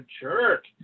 jerk